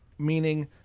meaning